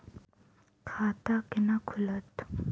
खाता केना खुलत?